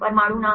परमाणु नाम